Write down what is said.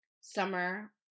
summer